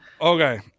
okay